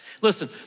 Listen